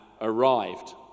arrived